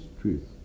truth